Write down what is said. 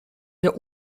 der